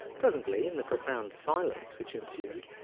presently, in the profound silence which ensued,